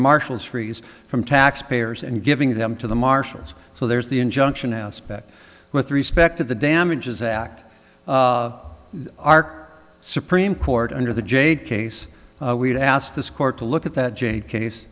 marshals freeze from taxpayers and giving them to the marshals so there's the injunction aspect with respect to the damages act our supreme court under the jade case we've asked this court to look at that jade case